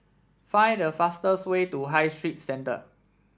find the fastest way to High Street Centre